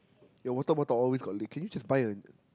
you water bottle always got leaking just buy a